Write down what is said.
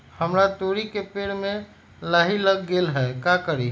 हमरा तोरी के पेड़ में लाही लग गेल है का करी?